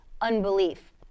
unbelief